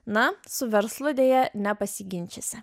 na su verslu deja nepasiginčysi